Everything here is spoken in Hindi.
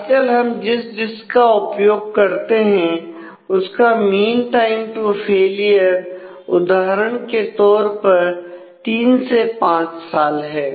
आजकल हम जिस डिस्क का उपयोग करते हैं उसका मीन टाइम टु फैलियर उदाहरण के तौर पर 3 से 5 साल है